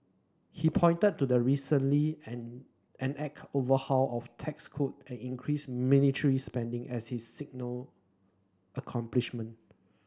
he pointed to the recently enacted overhaul of tax code and increased military spending as his signal accomplishment